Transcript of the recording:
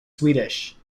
swedish